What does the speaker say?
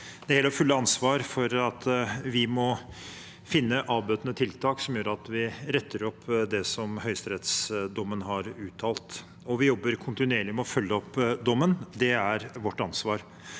det hele og fulle ansvaret for at vi må finne avbøtende tiltak som gjør at vi retter opp det høyesterettsdommen har påpekt. Vi jobber kontinuerlig med å følge opp dommen. Det er vårt ansvar.